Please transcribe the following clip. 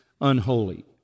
unholy